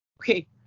okay